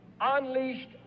unleashed